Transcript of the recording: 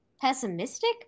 pessimistic